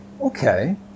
okay